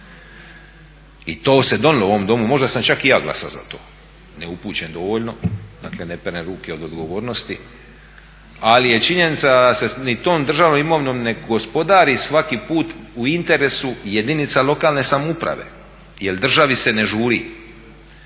i to se donijelo u ovom Domu. Možda sam čak i ja glasao za to, ne upućen dovoljno dakle ne perem ruke od odgovornosti, ali je činjenica da tom državnom imovinom ne gospodari svaki put u interesu jedinica lokalne samouprave jel državi se ne žuri.